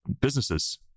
businesses